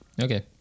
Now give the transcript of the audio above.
Okay